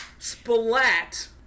SPLAT